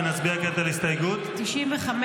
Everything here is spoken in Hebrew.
נצביע כעת על הסתייגות -- 95לב.